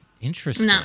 Interesting